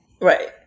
Right